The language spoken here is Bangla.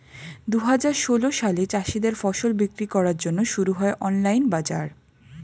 দুহাজার ষোল সালে চাষীদের ফসল বিক্রি করার জন্যে শুরু হয় অনলাইন বাজার